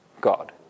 God